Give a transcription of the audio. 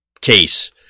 case